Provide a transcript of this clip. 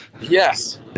yes